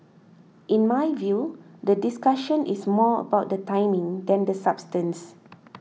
in my view the discussion is more about the timing than the substance